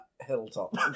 Hilltop